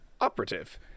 operative